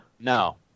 No